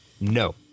No